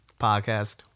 Podcast